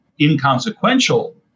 inconsequential